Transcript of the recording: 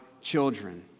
children